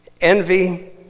Envy